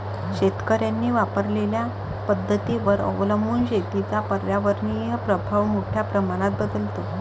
शेतकऱ्यांनी वापरलेल्या पद्धतींवर अवलंबून शेतीचा पर्यावरणीय प्रभाव मोठ्या प्रमाणात बदलतो